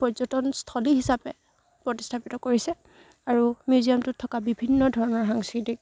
পৰ্যটনস্থলী হিচাপে প্ৰতিষ্ঠাপিত কৰিছে আৰু মিউজিয়ামটোত থকা বিভিন্ন ধৰণৰ সাংস্কৃতিক